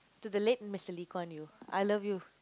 to the late Mister Lee-Kuan-Yew I love you